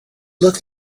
look